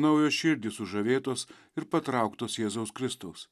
naujos širdys sužavėtos ir patrauktos jėzaus kristaus